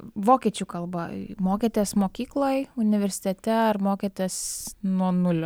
vokiečių kalbą mokėtės mokykloj universitete ar mokėtės nuo nulio